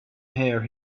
hair